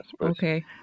okay